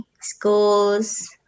schools